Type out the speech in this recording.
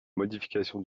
modification